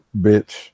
Bitch